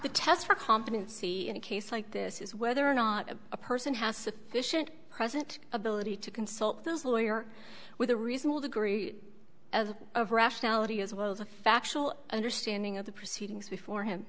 test for competency in a case like this is whether or not a person has sufficient present ability to consult those lawyer with a reasonable degree of of rationality as well as a factual understanding of the proceedings before him